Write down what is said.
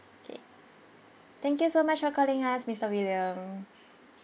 okay thank you so much for calling us mister william